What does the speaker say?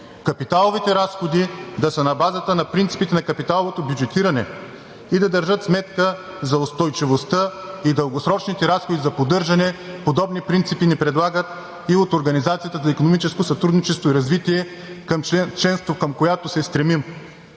Капиталовите разходи да са на базата на принципите на капиталовото бюджетиране и да държат сметка за устойчивостта и дългосрочните разходи за поддържане. Подобни принципи ни предлагат и от Организацията за икономическо сътрудничество и развитие, членството към което се стремим.